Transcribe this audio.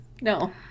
No